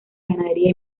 ganadería